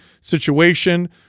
situation